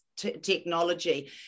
technology